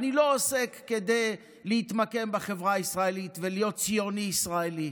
אני לא עוסק כדי להתמקם בחברה הישראלית ולהיות ציוני ישראלי,